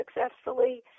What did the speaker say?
successfully